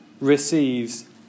receives